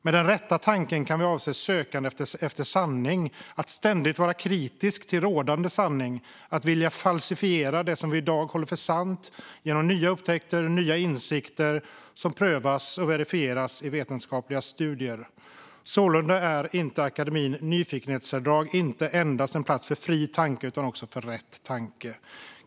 Med den rätta tanken kan vi avse sökande efter sanning, att ständigt vara kritisk till rådande sanning och att vilja falsifiera det som vi i dag håller för sant genom nya upptäckter och nya insikter som prövas och verifieras i vetenskapliga studier. Sålunda är akademins nyfikenhetssärdrag en plats inte endast för fri tanke utan också för rätt tanke.